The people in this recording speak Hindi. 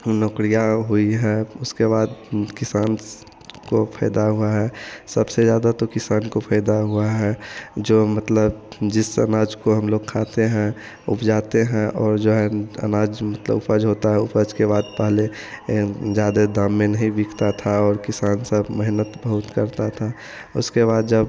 नोकरियाँ हुई हैं उसके बाद किसान को फ़ायदा हुआ है सबसे ज़्यादा तो किसान को फ़ायदा हुआ है जो मतलब जिस अनाज को हमलोग खाते हैं उपजाते हैं और जो है अनाज मतलब उपज होती है उपज के बाद पहले ज़्यादे दाम में नहीं बिकता था और किसान सब मेहनत बहुत करता था उसके बाद जब